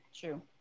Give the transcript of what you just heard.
True